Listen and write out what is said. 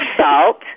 salt